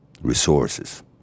Resources